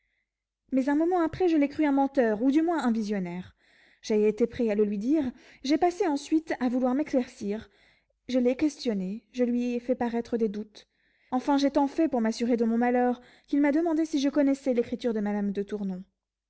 mais un moment après je l'ai cru un menteur ou du moins un visionnaire j'ai été prêt à le lui dire j'ai passé ensuite à vouloir m'éclaircir je l'ai questionné je lui ai fait paraître des doutes enfin j'ai tant fait pour m'assurer de mon malheur qu'il m'a demandé si je connaissais l'écriture de madame de tournon